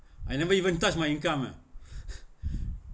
I never even touch my income ah